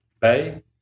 Bay